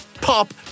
pop